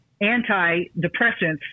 anti-depressants